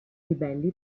ribelli